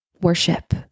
Worship